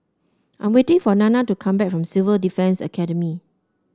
I'm waiting for Nanna to come back from Civil Defence Academy